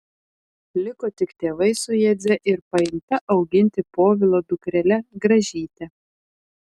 liko tik tėvai su jadze ir paimta auginti povilo dukrele gražyte